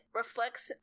reflects